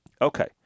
Okay